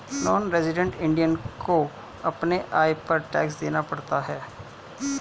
non resident Indian को अपने आय पर टैक्स देना पड़ता है